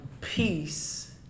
peace